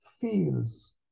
feels